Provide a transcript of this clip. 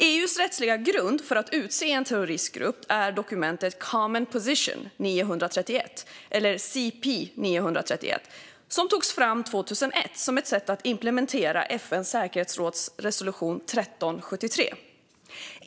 EU:s rättsliga grund för att lista något som en terroristgrupp är dokumentet Common Position 931, eller CP 931, som togs fram 2001 som ett sätt att implementera FN:s säkerhetsråds resolution 1373.